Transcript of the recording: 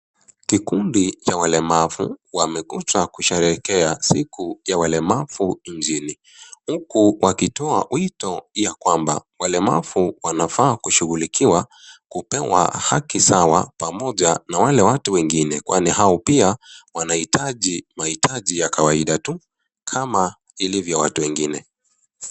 Kikundi cha walemavu wamekuja kusherekea siku ya walemavu nchini. Huku wakitoa wito ya kwamba, walemavu wanafaa kushughulikiwa kupewa haki sawa pamoja na wale watu wengine. Kwani hao pia wanahitaji mahitaji ya kawaida tu kama ilivyo watu wengine.